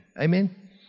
Amen